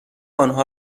آنها